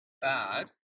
bad